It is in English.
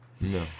No